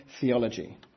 theology